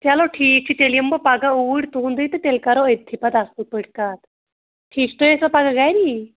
چلو ٹھیٖک چھُ تیٚلہِ یِمہٕ بہٕ پگاہ اوٗرۍ تُہنٛدُے تہٕ تیٚلہِ کَرو أتھی پَتہٕ اَصٕل پٲٹھۍ کَتھ ٹھیٖک چھُ تُہۍ ٲسو اپگاہ گری